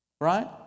Right